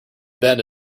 bend